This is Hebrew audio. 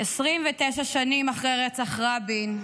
29 שנים אחרי רצח רבין,